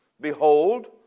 Behold